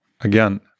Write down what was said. again